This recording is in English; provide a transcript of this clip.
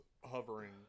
hovering